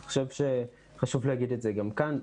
אני חושב שחשוב להגיד את זה גם כאן.